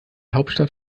hauptstadt